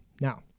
Now